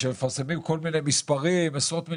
מפרסמים כל מיני מספרים, עשרות מיליארדים.